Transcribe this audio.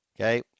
Okay